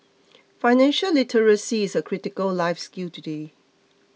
financial literacy is a critical life skill today